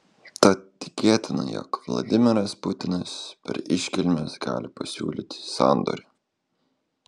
tad tikėtina jog vladimiras putinas per iškilmes gali pasiūlyti sandorį